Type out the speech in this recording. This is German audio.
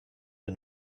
wir